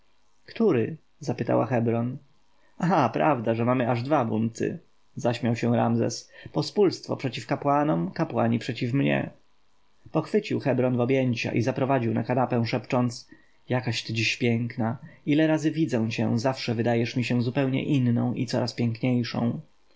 który zapytała hebron ach prawda że mamy aż dwa bunty zaśmiał się ramzes pospólstwo przeciw kapłanom kapłani przeciw mnie pochwycił hebron w objęcia i zaprowadził na kanapę szepcząc jakaś ty dziś piękna ile razy widzę cię zawsze wydajesz mi się zupełnie inną i coraz piękniejszą